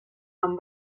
amb